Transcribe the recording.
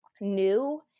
new